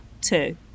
two